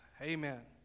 Amen